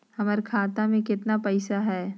हमर खाता मे केतना पैसा हई?